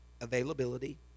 availability